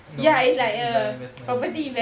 no in the investment